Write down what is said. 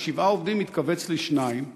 משבעה עובדים התכווץ לשניים,